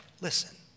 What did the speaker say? Listen